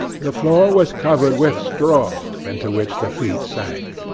the floor was covered with straw, into which the feet sank.